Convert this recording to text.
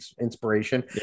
inspiration